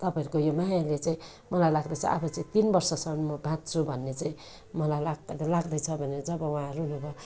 तपाईँहरूको यो मायाले चाहिँ मलाई लाग्दछ आफू चाहिँ तिन वर्षसम्म म बाँच्छु चाहिँ मलाई लाग्द लाग्दैछ भने जब उहाँहरू जब